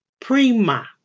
prima